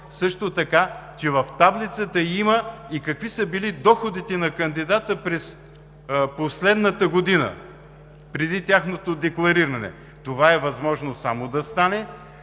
също така, че в таблицата има и какви са били доходите на кандидата през последната година, преди тяхното деклариране. Това е възможно да стане